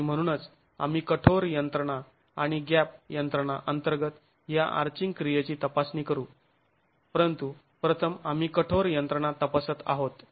आणि म्हणूनच आम्ही कठोर यंत्रणा आणि गॅप यंत्रणा अंतर्गत या आर्चिंग क्रियेची तपासणी करू परंतु प्रथम आम्ही कठोर यंत्रणा तपासत आहोत